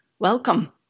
Welcome